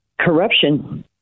Corruption